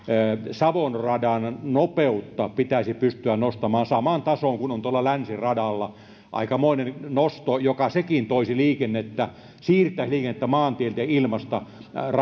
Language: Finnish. savon radan nopeutta pitäisi pystyä nostamaan samaan tasoon kuin on tuolla länsiradalla aikamoinen nosto joka sekin toisi liikennettä siirtäisi liikennettä maantieltä ja ilmasta